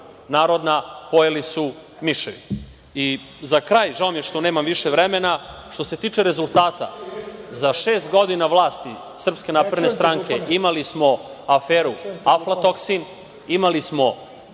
narodna – pojeli su miševi.Za kraj, žao mi je što nemam više vremena, što se tiče rezultata, za šest godina vlasti SNS imali smo aferu „afla toksin“, imali smo